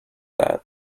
that